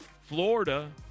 Florida